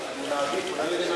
אדוני,